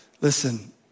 Listen